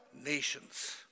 nations